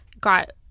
got